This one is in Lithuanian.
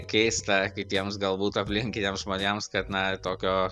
keista kitiems galbūt aplinkiniams žmonėms kad na tokio